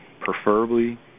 preferably